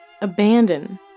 Abandon